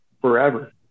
forever